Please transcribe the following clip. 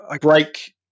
break